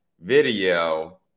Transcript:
video